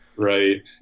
right